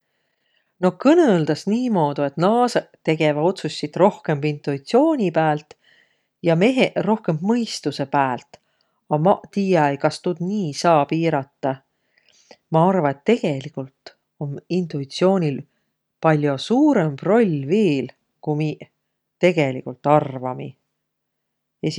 No kõnõldas niimoodu, et naasõq tegeväq otsussit rohkõmb intuitsiooni päält ja meheq rohkõmb mõistusõ päält, a maq tiiä-äi, kas tuud nii saa piirata. Ma arva, et tegeligult om intuitsioonil pall'o suurõmb rool viil, ku miiq tegeligult arvamiq.